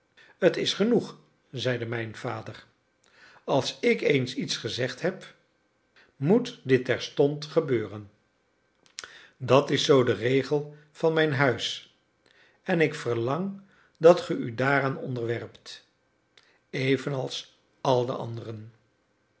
t is genoeg zeide mijn vader als ik eens iets gezegd heb moet dit terstond gebeuren dat is zoo de regel van mijn huis en ik verlang dat ge u daaraan onderwerpt evenals al de anderen